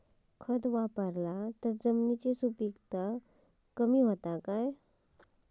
खत वापरला तर जमिनीची सुपीकता कमी जाता काय?